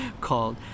called